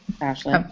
Ashley